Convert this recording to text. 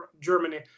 germany